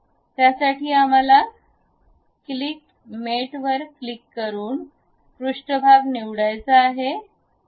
त्यासाठी आम्हाला click mat वर क्लिक करून पृष्ठभाग निवडायचा आहे